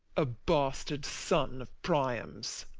a bastard son of priam's.